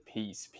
Peace